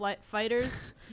Fighters